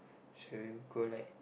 shall we go like